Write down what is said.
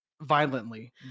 Violently